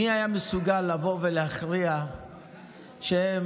מי היה מסוגל לבוא ולהכריע שהם